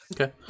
Okay